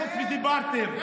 רק דיברתם.